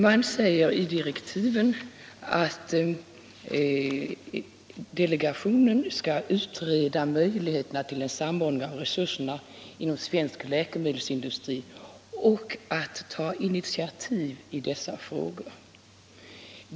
Man säger i direktiven att delegationen skall utreda möjligheterna till en samordning av resurserna inom svensk läkemedelsindustri och ta initiativ i dessa frågor.